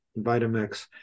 Vitamix